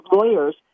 lawyers